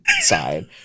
side